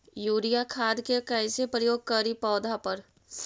Urea खाद के कैसे प्रयोग करि पौधा पर?